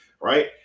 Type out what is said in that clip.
right